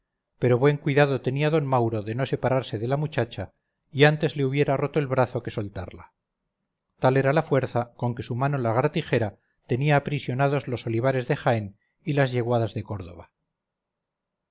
pero buen cuidado tenía d mauro de no separarse de la muchacha y antes le hubiera roto el brazo que soltarla tal era la fuerza con que su mano lagartijera tenía aprisionados los olivares de jaén y las yeguadas de córdoba